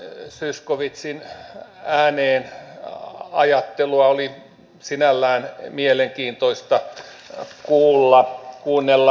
edustaja zyskowiczin ääneen ajattelua oli sinällään mielenkiintoista kuunnella